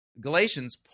Galatians